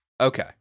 okay